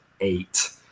eight